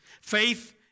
faith